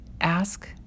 ask